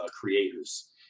creators